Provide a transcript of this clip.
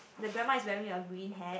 the grandma is wearing a green hat